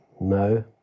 no